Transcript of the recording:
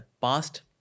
Past